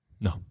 No